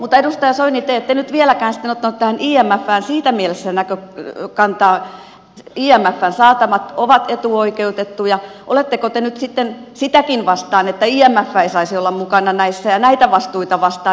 mutta edustaja soini te ette nyt vieläkään sitten ottanut tähän imfään siinä mielessä kantaa että kun imfn saatavat ovat etuoikeutettuja niin oletteko te nyt sitten sitäkin vastaan että imf ei saisi olla mukana näissä ja näitä vastuita vastaan